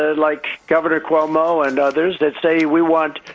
like governor cuomo and others, that say, we want,